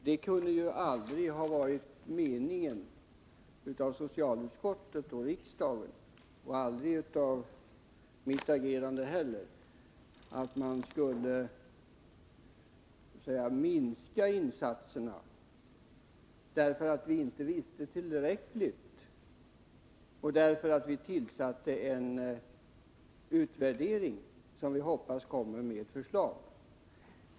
Det kunde aldrig ha varit meningen bakom socialutskottets och riksdagens ställningstagande — och aldrig bakom mitt agerande här — att insatserna skulle minskas därför att vi inte visste tillräckligt och av den anledningen ville ha en utvärdering, som vi hoppas kommer att resultera i förslag.